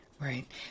Right